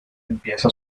empieza